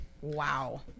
Wow